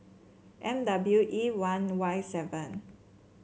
M W E one Y seven